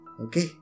Okay